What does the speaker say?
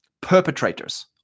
perpetrators